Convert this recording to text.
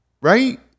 right